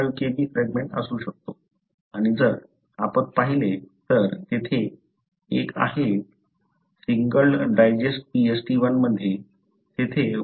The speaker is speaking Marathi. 5 Kb फ्रॅगमेंट असू शकतो आणि जर आपण पाहिले तर तेथे एक आहे सिंगल्ड डायजेस्ट Pst 1 मध्ये तेथे 1